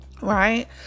right